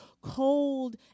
cold